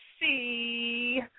see